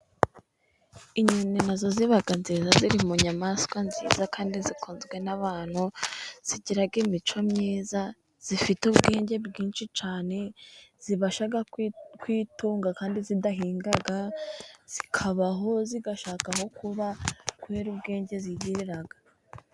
Inyoni nazo ziba nziza, ziri mu nyamaswa nziza kandi zikunzwe n'abantu, zigira imico myiza zifite ubwenge bwinshi cyane zibasha rwitunga, kandi zidahinga zikabaho zigashaka aho kuba kubera ubwenge zigirira.